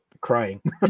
crying